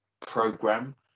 Program